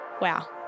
Wow